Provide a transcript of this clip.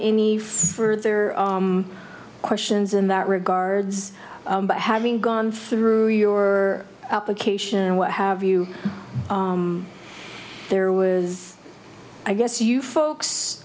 any further questions in that regards having gone through your application and what have you there was i guess you folks